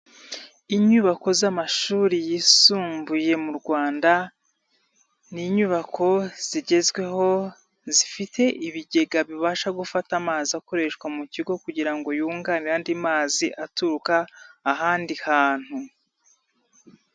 Inyubako z'amashuri yisumbuye mu rwanda ni inyubako zigezweho zifite ibigega bibasha gufata amazi akoreshwa mu kigo kugira ngo yunganire andi mazi aturuka ahandi hantu.